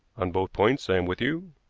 on both points i am with you,